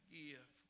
give